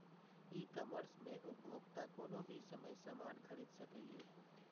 ई commerce मे उपभोक्ता कोनो भी समय सामान खरीद सकैए